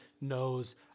knows